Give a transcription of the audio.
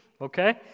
okay